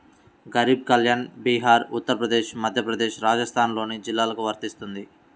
గరీబ్ కళ్యాణ్ బీహార్, ఉత్తరప్రదేశ్, మధ్యప్రదేశ్, రాజస్థాన్లోని జిల్లాలకు వర్తిస్తుంది